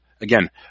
again